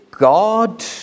God